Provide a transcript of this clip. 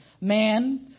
man